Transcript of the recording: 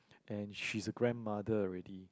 and she's a grandmother already